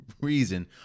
reason